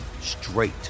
straight